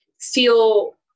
feel